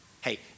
Hey